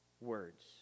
Words